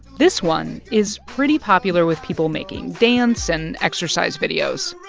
this one is pretty popular with people making dance and exercise videos